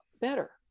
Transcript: better